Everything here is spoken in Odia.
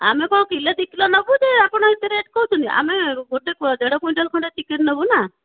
ଆମେ କ'ଣ କିଲେ କି ଦୁଇ କିଲୋ ନେବୁ ଯେ ଆପଣ ଏତେ ରେଟ୍ କହୁଛନ୍ତି ଆମେ ଗୋଟେ ଦେଢ଼ କୁଇଣ୍ଟାଲ୍ ଖଣ୍ଡେ ଚିକେନ୍ ନେବୁ ନା